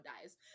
dies